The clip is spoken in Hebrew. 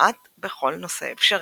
כמעט בכל נושא אפשרי.